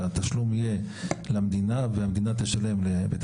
הוא עובד של המועצות הדתיות שהן תחת המשרד לשירותי דת.